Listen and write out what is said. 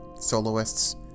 soloists